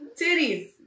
titties